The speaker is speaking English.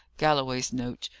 galloway's note,